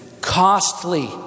costly